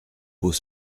beaux